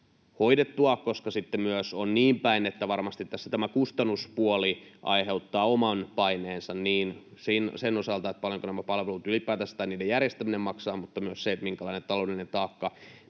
koska sitten on myös niin päin, että varmasti tässä tämä kustannuspuoli aiheuttaa oman paineensa — niin sen osalta, paljonko nämä palvelut ylipäätänsä tai niiden järjestäminen maksaa, kuin myös sen osalta, minkälainen taloudellinen taakka